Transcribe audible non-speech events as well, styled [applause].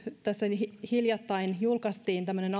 tässä hiljattain julkaistiin tämmöinen [unintelligible]